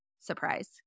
Surprise